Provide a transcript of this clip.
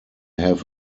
have